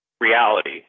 reality